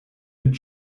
mit